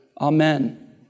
Amen